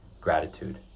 gratitude